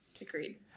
agreed